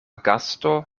gasto